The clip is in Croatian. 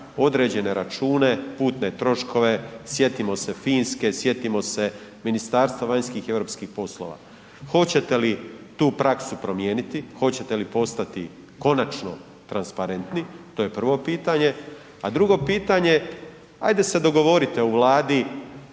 određene račune, putne troškove, sjetimo se Finske, sjetimo se Ministarstva vanjskih i europskih poslova. Hoćete li tu praksu promijeniti, hoćete li postati konačno transparentni? To je prvo pitanje. A drugo pitanje, ajde se dogovorite u Vladi